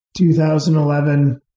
2011